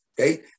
okay